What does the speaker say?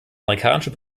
amerikanische